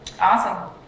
Awesome